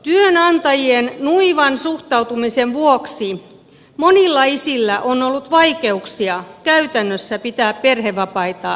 työnantajien nuivan suhtautumisen vuoksi monilla isillä on ollut vaikeuksia käytännössä pitää perhevapaitaan